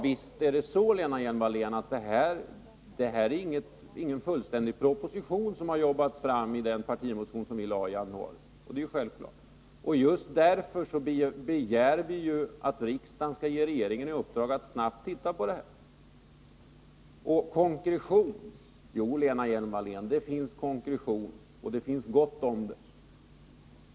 Det är ingalunda, Lena Hjelm-Wallén, en fullständig proposition som har jobbats fram i den partimotion som vi lade i januari. Det är självklart. Just därför begär vi att riksdagen skall ge regeringen i uppdrag att snabbt titta på förslaget. Konkretion — jo, Lena Hjelm-Wallén, det finns konkretion, det finns gott om det.